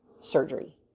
surgery